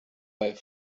bei